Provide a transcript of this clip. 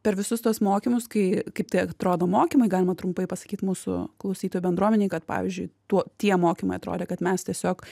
per visus tuos mokymus kai kaip tai atrodo mokymai galima trumpai pasakyt mūsų klausytojų bendruomenei kad pavyzdžiui tuo tie mokymai atrodė kad mes tiesiog